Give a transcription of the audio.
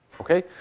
Okay